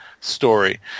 story